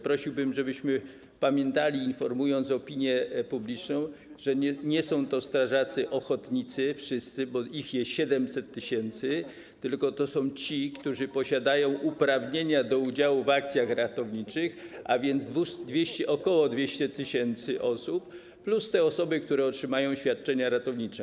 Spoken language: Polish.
Prosiłbym, żebyśmy pamiętali, informując opinię publiczną, że nie są to wszyscy strażacy ochotnicy, bo ich jest 700 tys., tylko to są ci, którzy posiadają uprawnienia do udziału w akcjach ratowniczych, a więc ok. 200 tys. osób, plus te osoby, które otrzymają świadczenia ratownicze.